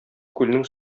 күлнең